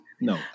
No